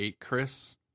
chris